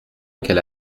qu’elle